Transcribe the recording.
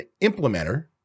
implementer